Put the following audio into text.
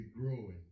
growing